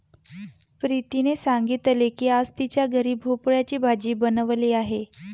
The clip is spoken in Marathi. प्रीतीने सांगितले की आज तिच्या घरी भोपळ्याची भाजी बनवली आहे